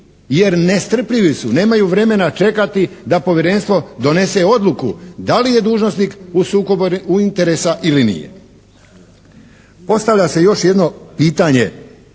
jer nestrpljivi su, nemaju vremena čekati da Povjerenstvo donese odluku da li je dužnosnik u sukobu interesa ili nije. Postavlja se još jedno pitanje,